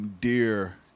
dear